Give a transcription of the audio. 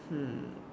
hmm